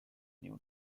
new